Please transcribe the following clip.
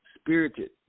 spirited